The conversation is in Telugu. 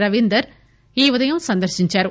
రవీందర్ ఈ ఉదయం సందర్పించారు